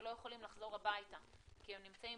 שלא יכולים לחזור הביתה כי הם נמצאים